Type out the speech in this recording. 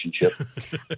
relationship